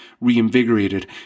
reinvigorated